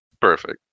Perfect